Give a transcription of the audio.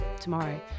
tomorrow